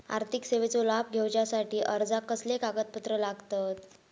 आर्थिक सेवेचो लाभ घेवच्यासाठी अर्जाक कसले कागदपत्र लागतत?